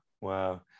wow